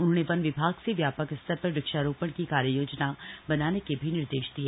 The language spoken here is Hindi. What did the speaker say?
उन्होंने वन विभाग से व्यापक स्तर पर वृक्षारोपण की कार्य योजना बनाने के भी निर्देश दिये